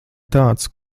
tāds